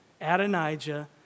Adonijah